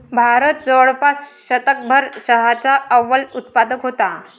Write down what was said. भारत जवळपास शतकभर चहाचा अव्वल उत्पादक होता